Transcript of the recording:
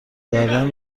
کردن